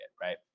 right